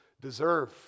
deserve